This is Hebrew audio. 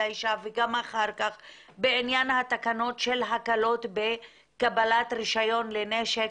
האישה וגם אחר כך בעניין התקנות של הקלות בקבלת רישיון לנשק